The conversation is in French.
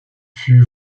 fut